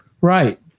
Right